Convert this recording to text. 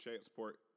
support